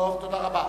טוב, תודה רבה.